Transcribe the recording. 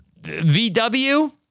vw